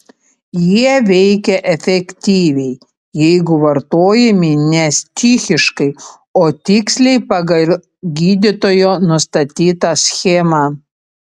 jie veikia efektyviai jeigu vartojami ne stichiškai o tiksliai pagal gydytojo nustatytą schemą